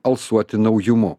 alsuoti naujumu